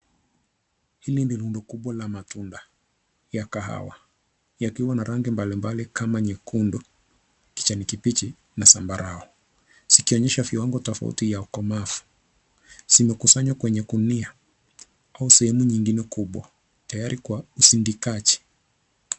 Hili ni rundo kubwa la matunda ya kahawa yakiwa na rangi mbalimbali kama nyekundu, kijani kibichi na zambarau zikionyesha viwango tofauti ya ukomavu. Zimekusanywa kwenye gunia au sehemu nyingine kubwa tayari kwa usindikaji.